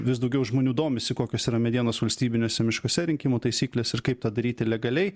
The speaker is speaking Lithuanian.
vis daugiau žmonių domisi kokios yra medienos valstybiniuose miškuose rinkimų taisyklės ir kaip tą daryti legaliai